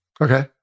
Okay